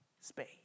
space